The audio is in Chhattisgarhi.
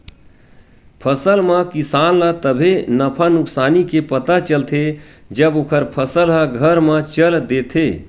फसल म किसान ल तभे नफा नुकसानी के पता चलथे जब ओखर फसल ह घर म चल देथे